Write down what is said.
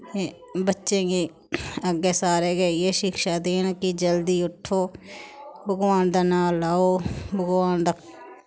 ते बच्चें गी अग्गें सारे गै इ'यै शिक्षा देन कि जल्दी उट्ठो भगवान दा नांऽ लैओ भगवान दा